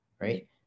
right